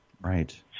Right